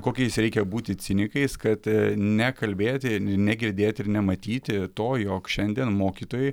kokiais reikia būti cinikais kad nekalbėti negirdėti ir nematyti to jog šiandien mokytojai